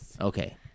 Okay